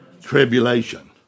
Tribulation